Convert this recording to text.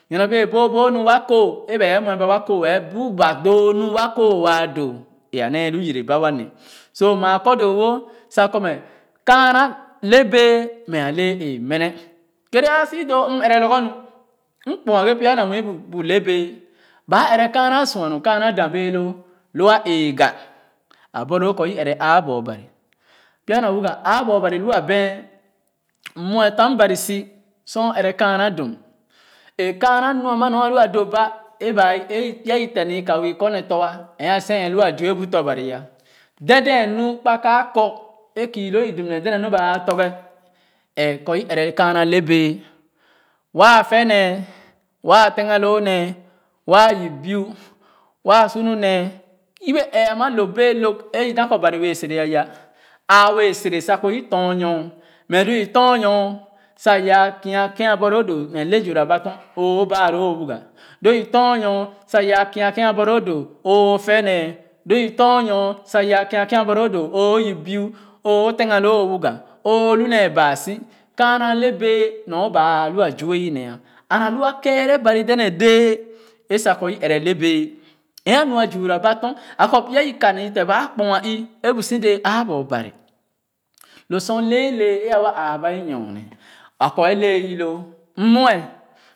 Nyorne bee boobo nu wa kooh bùu ba doo nu wa kooh wa doo é a nee lu yɛrɛ ba sa wa nee so maa kɔ doo-wo sa kɔ mɛ kaa na le bɛɛ mɛ a lɛɛee méne kɛɛrɛ a si doo m ɛrɛ lorgor nu m kpoghe pya na wii bu le bɛɛ ba a ɛrɛ kaana sua nu kaana da bɛɛ loo lo a ɛgah a borloo kɔ é ɛrɛ áá boo Bari pya na wuga áá boo Bari lu a bea m mue tamn Bari si sor o ɛrɛ kaana dum a kaana nu ama nyor a lu a doba eba ye pya i te nee i ka wɛɛ kɔ ne tɔ̃ ɛen seh lua zu-ue bu tɔ̃ Bari dèdèn nu kpa kaɛ kɔ é kii lo i dum ne dèdèn nu ba ãã torge ɛɛ kɔ ɛrɛ kaana le bɛɛ waa fɛ nee waa ténga lo nee waa yip biu waa su nu nee yebe ee ama lõp bɛɛ sere sa kɔ i Bari bɛɛ sere aya a wee sete sa kɔ i tɔrnɔr mɛ lo i tɔr nɔr sa ya kia kèn a borloo doo o fɛ nee lo i tɔn o baa loo O wuga lu i tɔrnɔr sa ya kia kèn a borloo doo o fɛ nee tɔn nɔr sa ya kia kèn abor loo doo oo yip biu oo tegaloo o wuga oo lu nee baa si kaana le bɛɛ nɔr baa alu wɛɛ zue i nee and a lu a keere Bari dèdèn dɛɛ a sa kɔ i ɛrɛ le bɛɛ ɛe-nua zuwura ba tor a kɔ pya i ka nee i te ba kpo ii é bu si dɛɛ ãã bu Bari lo sor lɛɛlɛ é a wa ãã ba é nyorne a kɔ é lɛɛ i loo mue